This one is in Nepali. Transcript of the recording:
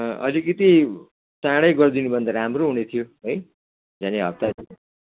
अलिकति चाँडै गरिदिनु भयो भने त राम्रो हुने थियो है यानि हप्ता दिन